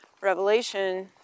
Revelation